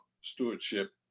stewardship